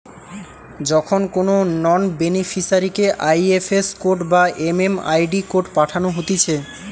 যখন কোনো নন বেনিফিসারিকে আই.এফ.এস কোড বা এম.এম.আই.ডি কোড পাঠানো হতিছে